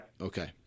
okay